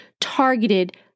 targeted